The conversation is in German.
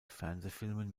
fernsehfilmen